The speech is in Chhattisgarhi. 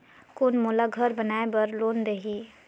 कौन मोला घर बनाय बार लोन देही?